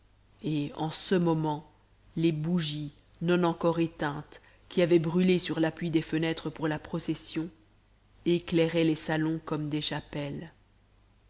et en ce moment les bougies non encore éteintes qui avaient brûlé sur l'appui des fenêtres pour la procession éclairaient les salons comme des chapelles